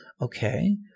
Okay